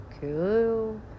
Cool